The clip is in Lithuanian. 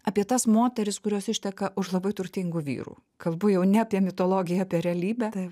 apie tas moteris kurios išteka už labai turtingų vyrų kalbu jau ne apie mitologiją apie realybę